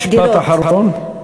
משפט אחרון.